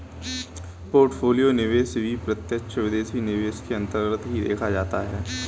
portfolio निवेश भी प्रत्यक्ष विदेशी निवेश के अन्तर्गत ही देखा जाता है